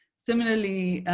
similarly,